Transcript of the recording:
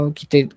kita